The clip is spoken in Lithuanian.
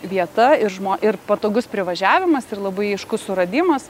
vieta ir žmo ir patogus privažiavimas ir labai aiškus suradimas